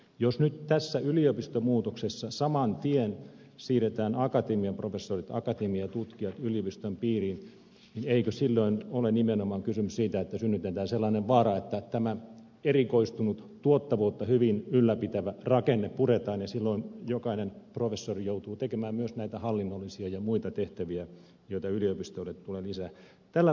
jos nyt tässä yliopistomuutoksessa saman tien siirretään akatemiaprofessorit akatemiatutkijat yliopistojen piiriin niin eikö silloin ole nimenomaan kysymys siitä että synnytetään sellainen vaara että tämä erikoistunut tuottavuutta hyvin ylläpitävä rakenne puretaan ja silloin jokainen professori joutuu tekemään myös näitä hallinnollisia ja muita tehtäviä joita yliopistoille tulee lisää